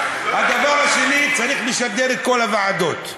הדבר השני, צריך לשדר את כל הוועדות.